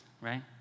right